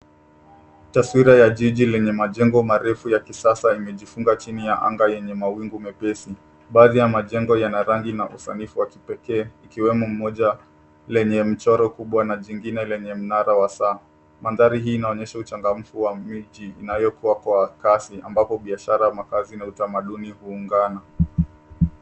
Taswira ya jiji lenye majengo marefu ya kisasa imejifunga chini ya anga yenye mawingu mepesi. Baadhi ya majengo yana rangi na usanifu wa kipekee ikiwemo moja lenye mchoro kubwa na jingine lenye mnara wa saa. Mandhari hii inaonyesha uchangamfu wa miji inayokuwa kwa kasi ambapo biashara, makazi na utamaduni huungana.